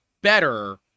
better